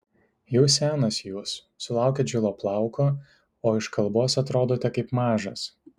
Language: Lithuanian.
jau senas jūs sulaukėt žilo plauko o iš kalbos atrodote kaip mažas